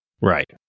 Right